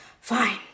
Fine